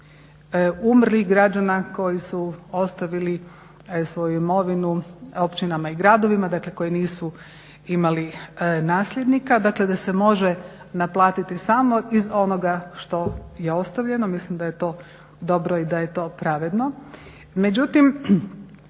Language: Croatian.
umrlih građana koji su ostavili svoju imovinu općinama i gradovima, dakle koji nisu imali nasljednika, dakle, da se može naplatiti samo iz onoga što je ostavljeno. Mislim da je to dobro i da je to pravedno.